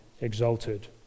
exalted